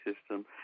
System